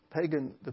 pagan